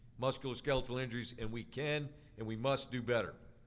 musculoskeletal injuries and we can and we must do better.